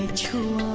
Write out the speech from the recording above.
to